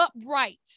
upright